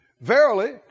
Verily